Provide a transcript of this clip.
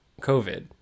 COVID